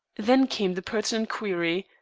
then came the pertinent query,